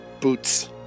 boots